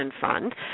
fund